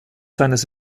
seines